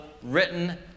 written